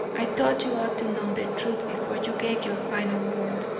i thought you ought to know the truth before you gave your final word.